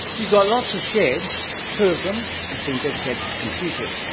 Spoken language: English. you've got lots of sheds, two of them have been dedicated to computers.